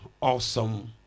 awesome